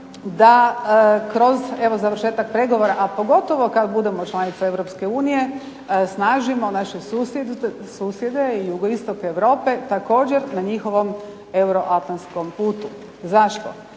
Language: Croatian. da kroz evo završetak pregovora, a pogotovo kada budemo članica Europske unije, snažimo naše susjede i jugoistok Europe također na njihovom euroatlantskom putu. Zašto?